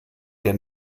der